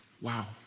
wow